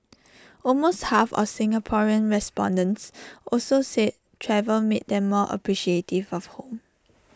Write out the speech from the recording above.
almost half of the Singaporean respondents also said travel made them more appreciative for home